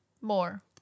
More